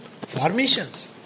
formations